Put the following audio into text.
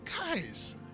guys